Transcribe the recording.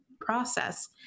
process